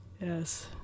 Yes